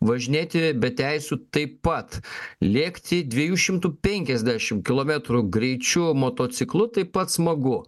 važinėti be teisių taip pat lėkti dviejų šimtų penkiasdešim kilometrų greičiu motociklu taip pat smagu